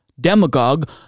demagogue